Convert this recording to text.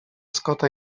scotta